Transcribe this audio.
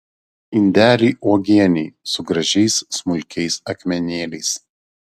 indelį uogienei su gražiais smulkiais akmenėliais